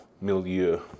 milieu